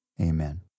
amen